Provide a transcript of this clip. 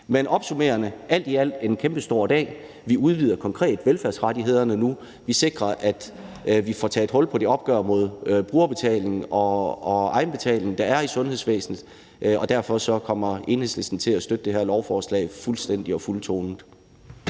jeg sige, at det alt i alt er en kæmpestor dag, for vi udvider konkret velfærdsrettighederne nu, og vi sikrer, at vi får taget hul på det opgør med brugerbetaling og egenbetaling, der er i sundhedsvæsenet, og derfor kommer Enhedslisten til at støtte det her lovforslag fuldstændig og fuldtonet.